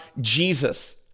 Jesus